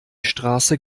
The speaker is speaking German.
straße